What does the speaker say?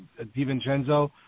Divincenzo